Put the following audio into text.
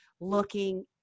looking